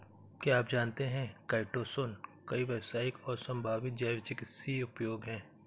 क्या आप जानते है काइटोसन के कई व्यावसायिक और संभावित जैव चिकित्सीय उपयोग हैं?